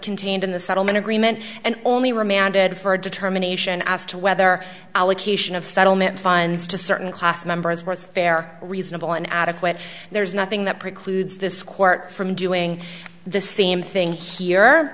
contained in the settlement agreement and only remanded for a determination as to whether allocation of settlement funds to certain class members were fair reasonable an adequate there's nothing that precludes this court from doing the same thing here